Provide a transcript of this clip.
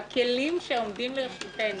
בכלים שעומדים לרשותנו,